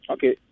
Okay